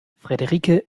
frederike